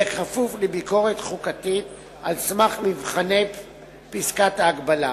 יהיה כפוף לביקורת חוקתית על סמך מבחני פסקת ההגבלה.